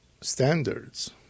standards